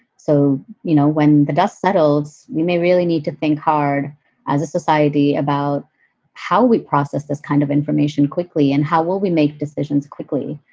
so you know when the dust settles, we may really need to think hard as a society about how we process this kind of information quickly and how will we make decisions quickly.